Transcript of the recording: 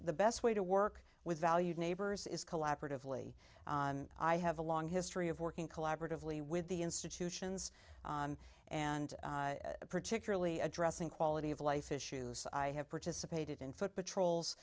the best way to work with value neighbors is collaboratively i have a long history of working collaboratively with the institutions and particularly addressing quality of life issues i have participated in foot patrols